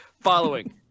Following